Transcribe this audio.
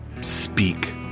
speak